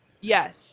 Yes